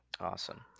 Awesome